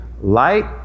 Light